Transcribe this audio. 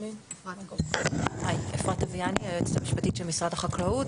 אפרת אביאני, היועצת המשפטית של משרד החקלאות.